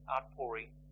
outpouring